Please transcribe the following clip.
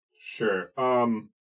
Sure